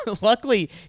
Luckily